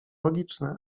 logiczne